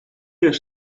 weer